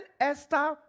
Esther